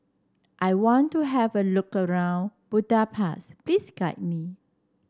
I want to have a look around Budapest please guide me